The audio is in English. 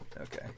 Okay